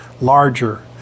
larger